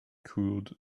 cooled